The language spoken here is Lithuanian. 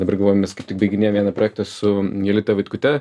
dabar galvoju mes kaip tik baiginėjam vieną projektą su jolita vitkute